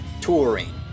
touring